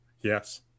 yes